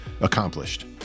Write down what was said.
accomplished